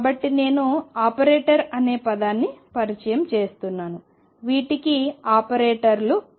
కాబట్టి నేను ఆపరేటర్ అనే పదాన్ని పరిచయం చేస్తున్నాను వీటిని ఆపరేటర్లు అంటారు